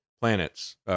planets